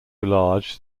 large